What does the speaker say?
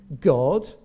God